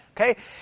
okay